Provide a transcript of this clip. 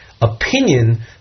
opinion